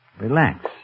Relax